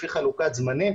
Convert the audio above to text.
לפי חלוקת זמנים.